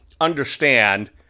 understand